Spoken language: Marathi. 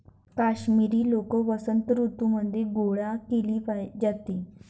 काश्मिरी लोकर वसंत ऋतूमध्ये गोळा केली जाते